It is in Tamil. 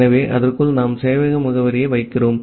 ஆகவே அதற்குள் நாம் சேவையக முகவரியை வைக்கிறோம்